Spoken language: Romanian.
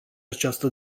această